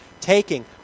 taking